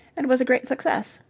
and was a great success.